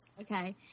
Okay